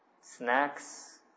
snacks